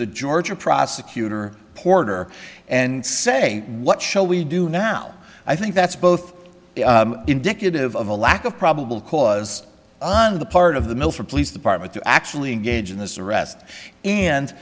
the georgia prosecutor porter and say what shall we do now i think that's both indicative of a lack of probable cause on the part of the mill for police department to actually engage in this arrest and